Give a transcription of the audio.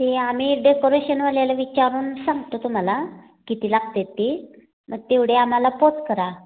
ते आम्ही डेकोरेशनवाल्याला विचारून सांगतो तुम्हाला किती लागतात ती मग तेवढे आम्हाला पोच करा